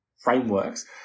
frameworks